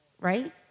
right